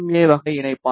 ஏ வகை இணைப்பான்